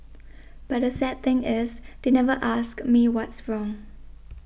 but the sad thing is they never asked me what's wrong